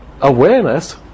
awareness